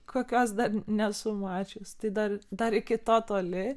kokios dar nesu mačius tai dar dar iki to toli